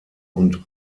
und